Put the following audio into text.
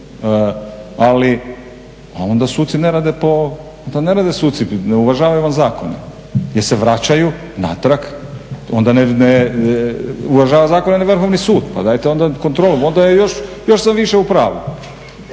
ali onda suci ne rade po, onda ne rade suci, ne uvažavaju vam zakone jer se vraćaju natrag, onda ne uvažava zakone nego Vrhovni sud. Pa dajte onda kontrolu, onda još sam više u pravu,